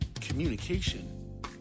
communication